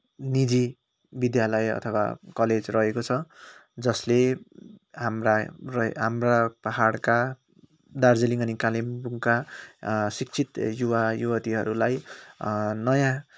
निजी विद्यालय अथवा कलेज रहेको छ जसले हाम्रा रै हाम्रा पाहाडका दार्जिलिङ अनि कालिम्पोङका शिक्षित युवा युवतीहरूलाई नयाँ